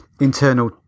internal